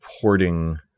porting